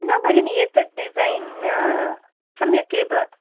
न बहिनी एतद् डिज़ैन् सम्यक् एव